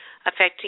affecting